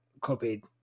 copied